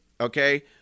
Okay